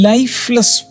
Lifeless